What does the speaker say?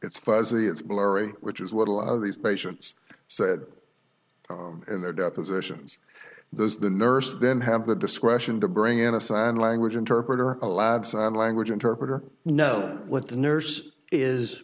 it's fuzzy it's blurry which is what all of these patients said in their depositions there's the nurse then have the discretion to bring in a sign language interpreter allowed sign language interpreter know what the nurse is